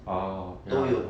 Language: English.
oh ya